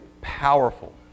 powerful